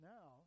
Now